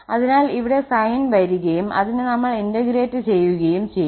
അതിനാൽ ഇവിടെ സൈൻ വരികയും അതിനെ നമ്മൾ ഇന്റഗ്രേറ്റ് ചെയ്യുകയും ചെയ്യും